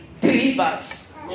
delivers